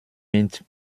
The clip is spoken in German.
mit